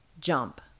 jump